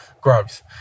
growth